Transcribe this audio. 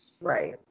Right